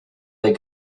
they